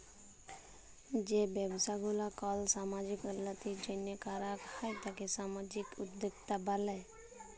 যেই ব্যবসা গুলা কল সামাজিক উল্যতির জন্হে করাক হ্যয় তাকে সামাজিক উদ্যক্তা ব্যলে